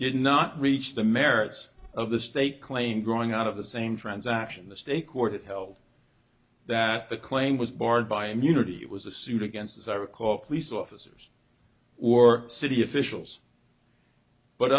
did not reach the merits of the state claim growing out of the same transaction the state court held that the claim was barred by immunity it was a suit against as i recall police officers or city officials but